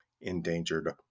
endangered